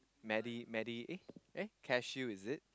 medi~ medi~ eh eh care shield is it